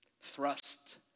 thrust